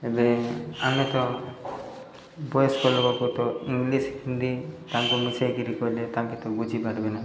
ଏବେ ଆମେ ତ ବୟସ୍କ ଲୋକଙ୍କ ତ ଇଂଲିଶ୍ ହିନ୍ଦୀ ତାଙ୍କୁ ମିଶେଇକିରି କହିଲେ ତାଙ୍କେ ତ ବୁଝିପାରିବେ ନାହିଁ